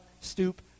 stoop